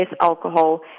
alcohol